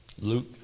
Luke